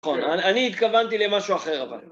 נכון, אני התכוונתי למשהו אחר אבל.